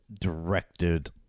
directed